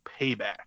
Payback